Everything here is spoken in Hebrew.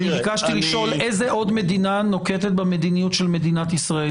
ביקשתי לשאול איזו עוד מדינה נוקטת במדיניות של מדינת ישראל.